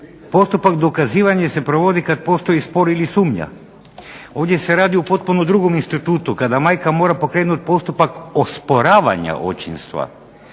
Postupak dokazivanja se provodi kad postoji spor ili sumnja. Ovdje se radi o potpuno drugom institutu kada majka mora pokrenuti postupak osporavanja očinstva